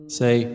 say